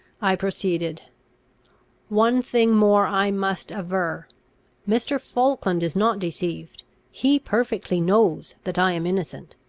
i proceeded one thing more i must aver mr. falkland is not deceived he perfectly knows that i am innocent.